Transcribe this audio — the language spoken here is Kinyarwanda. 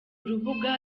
rubuga